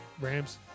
Rams